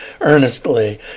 earnestly